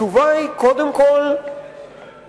התשובה היא קודם כול בכך